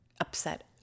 upset